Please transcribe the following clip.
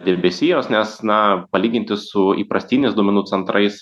debesijos nes na palyginti su įprastiniais duomenų centrais